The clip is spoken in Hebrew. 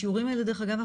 בשיעורים האלה דרך אגב,